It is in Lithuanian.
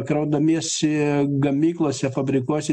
kraudamiesi gamyklose fabrikuose